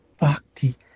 bhakti